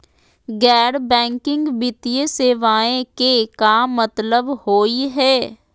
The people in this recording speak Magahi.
गैर बैंकिंग वित्तीय सेवाएं के का मतलब होई हे?